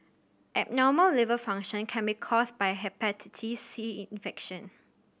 abnormal liver function can be caused by Hepatitis C infection